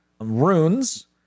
Runes